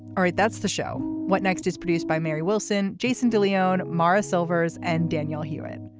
all right. that's the show. what next is produced by mary wilson jason de leon morris silvers and daniel hewett.